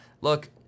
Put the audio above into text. look